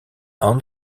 hans